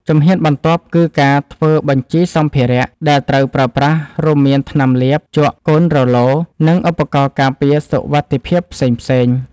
ជំហានបន្ទាប់ គឺការធ្វើបញ្ជីសម្ភារៈដែលត្រូវប្រើប្រាស់ រួមមានថ្នាំលាប ជក់ កូនរ៉ូឡូ និងឧបករណ៍ការពារសុវត្ថិភាពផ្សេងៗ។